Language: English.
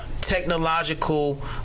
Technological